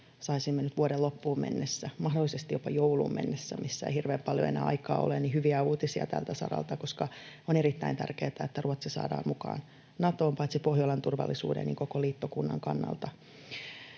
saisimme nyt vuoden loppuun mennessä, mahdollisesti jopa jouluun mennessä, mihin ei hirveän paljon enää aikaa ole, hyviä uutisia tältä saralta, koska on erittäin tärkeätä, että Ruotsi saadaan mukaan Natoon paitsi Pohjolan turvallisuuden myös koko liittokunnan kannalta.